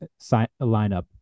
lineup